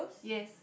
yes